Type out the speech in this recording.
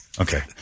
Okay